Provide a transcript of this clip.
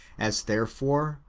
as, therefore,